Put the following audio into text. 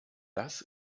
das